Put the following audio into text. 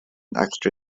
extra